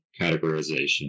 categorization